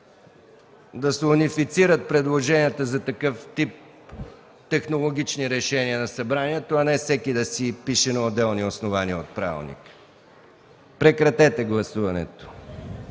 Да се унифицират предложенията за такъв тип технологични решения на Събранието, а не всеки да си пише на отделни основания от Правилника. Моля, гласувайте